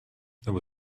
there